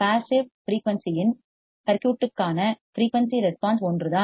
passive frequency இன் சர்க்யூட்கான frequency response ஒன்றுதான்